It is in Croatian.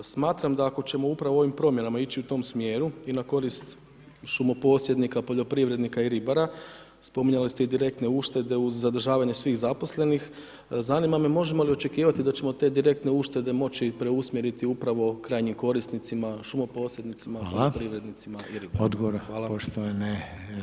Smatram da ako ćemo upravo ovim promjenama ići u tom smjeru i na korist šumoposjednika, poljoprivrednika i ribara, spominjali ste i direktne uštede uz zadržavanje svih zaposlenih, zanima me možemo li očekivati da ćemo te direktne uštede moću preusmjeriti upravo krajnjim korisnicima, šumoposjednicima, poljoprivrednicima i ribarima.